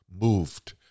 moved